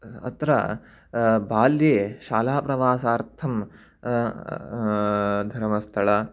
अत्र बाल्ये शालाप्रवासार्थं धर्मस्तळ